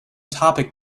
topic